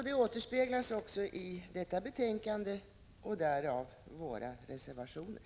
Det återspeglas också i detta betänkande, och därav våra reservationer.